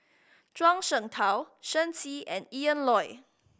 Zhuang Shengtao Shen Xi and Ian Loy